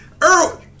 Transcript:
Earl